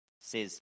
says